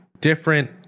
different